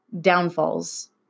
downfalls